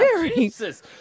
Jesus